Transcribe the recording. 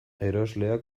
erosleak